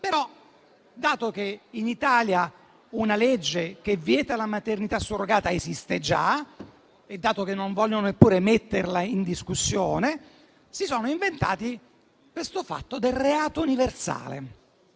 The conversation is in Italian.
però, dato che in Italia una legge che vieta la maternità surrogata esiste già e dato che non vogliono neppure metterla in discussione, si sono inventati questo fatto del reato universale.